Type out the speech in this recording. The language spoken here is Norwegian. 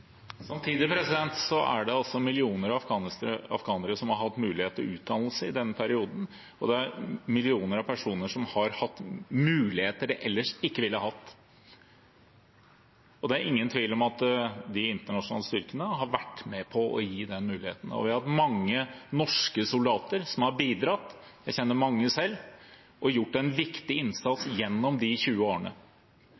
Samtidig er det millioner av afghanere som har hatt mulighet til utdannelse i denne perioden, og det er millioner av personer som har hatt muligheter de ellers ikke ville hatt. Det er ingen tvil om at de internasjonale styrkene har vært med på å gi den muligheten, og vi har hatt mange norske soldater som har bidratt – jeg kjenner mange selv – og gjort en viktig innsats